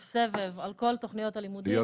יש סבב על כל תוכניות הלימודים.